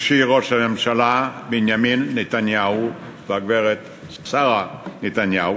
אישי ראש הממשלה בנימין נתניהו והגברת שרה נתניהו,